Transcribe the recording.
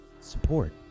Support